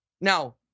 Now